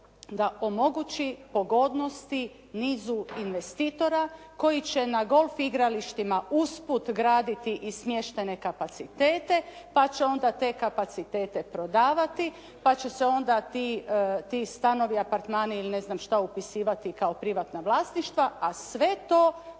da omogući pogodnosti nizu investitora koji će na golf igralištima usput graditi i smještajne kapacitete pa će onda te kapacitete prodavati, pa će se onda ti stanovi, apartmani ili ne znam šta upisivati kao privatna vlasništva a sve to